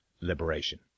liberation